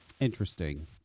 Interesting